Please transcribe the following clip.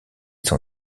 son